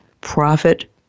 profit